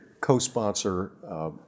co-sponsor